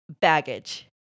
baggage